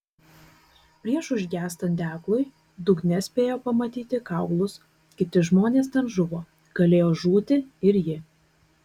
prieš užgęstant deglui dugne spėjo pamatyti kaulus kiti žmonės ten žuvo galėjo žūti ir ji